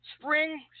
spring